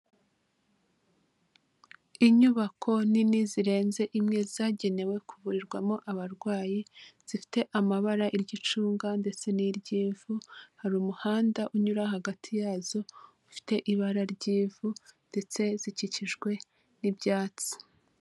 Inyubako nini zirenze imwe zagenewe kuvurirwamo abarwayi, zifite amabara iry'icunga ndetse n'iry'ivu, hari umuhanda unyura hagati yazo ufite ibara ry'ivu ndetse zikikijwe n'ibyatsi.